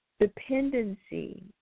Dependency